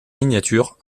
miniatures